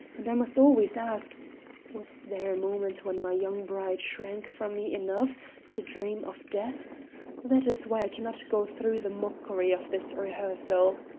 and i must always ask was there a moment when my young bride shrank from me enough to dream of death that is why i can not go through the mockery of this rehearsal.